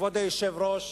כבוד היושב-ראש,